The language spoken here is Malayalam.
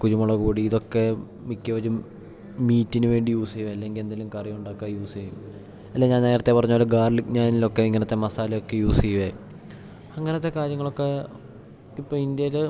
കുരുമുളക് പൊടി ഇതൊക്കെ മിക്കവരും മീറ്റിന് വേണ്ടി യൂസ് ചെയ്ത് അല്ലെങ്കിൽ എന്തേലും കറി ഉണ്ടാക്കാ യൂസ് ചെയ്യും അല്ലേൽ ഞാൻ നേരത്തെ പറഞ്ഞ പോലെ ഗാർലിക് നാനിലൊക്കെ ഇങ്ങനത്തെ മസാലൊക്കെ യൂസ് ചെയ്യുക അങ്ങനത്തെ കാര്യങ്ങളൊക്ക ഇപ്പം ഇന്ത്യയിൽ